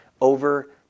over